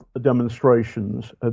demonstrations